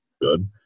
good